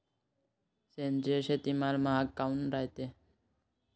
सेंद्रिय शेतीमाल महाग काऊन रायते?